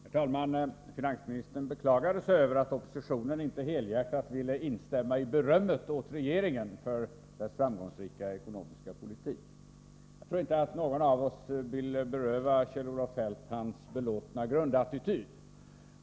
Herr talman! Finansministern beklagade sig över att oppositionen inte helhjärtat ville instämma i berömmet till regeringen för dess framgångsrika ekonomiska politik. Jag tror inte att någon av oss vill beröva Kjell-Olof Feldt hans belåtna grundattityd.